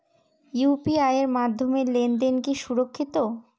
UPI এর মাধ্যমে লেনদেন কি সুরক্ষিত?